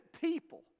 people